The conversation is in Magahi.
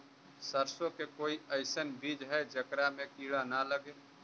सरसों के कोई एइसन बिज है जेकरा में किड़ा न लगे?